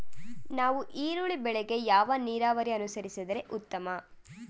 ನಾವು ಈರುಳ್ಳಿ ಬೆಳೆಗೆ ಯಾವ ನೀರಾವರಿ ಅನುಸರಿಸಿದರೆ ಉತ್ತಮ?